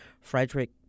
Frederick